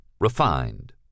refined